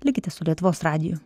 likite su lietuvos radiju